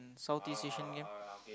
South East Asian Games